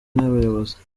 n’abayobozi